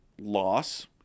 loss